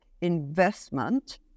investment